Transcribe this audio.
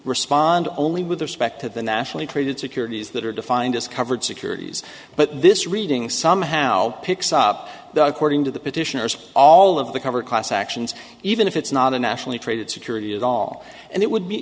respond only with respect to the nationally traded securities that are defined as covered securities but this reading somehow picks up according to the petitioners all of the covered class actions even if it's not a nationally traded security at all and it would be